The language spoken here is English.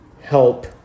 help